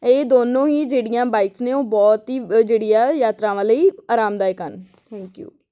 ਇਹ ਦੋਨੋਂ ਹੀ ਜਿਹੜੀਆਂ ਬਾਈਕਸ ਨੇ ਉਹ ਬਹੁਤ ਹੀ ਜਿਹੜੀਆਂ ਯਾਤਰਾਵਾਂ ਲਈ ਆਰਾਮਦਾਇਕ ਹਨ ਥੈਂਕ ਯੂ